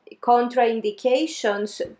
contraindications